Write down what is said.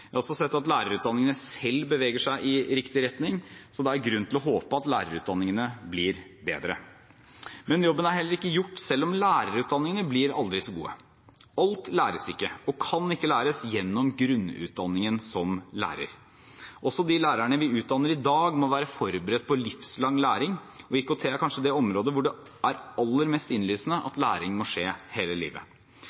har også sett at lærerutdanningene selv beveger seg i riktig retning, så det er grunn til å håpe at lærerutdanningene blir bedre. Men jobben er ikke gjort om lærerutdanningene blir aldri så gode. «Alt» læres ikke, og kan ikke læres, gjennom grunnutdanningen som lærer. Også de lærerne vi utdanner i dag, må være forberedt på livslang læring. IKT er kanskje det området der det er aller mest innlysende at læring må skje hele livet.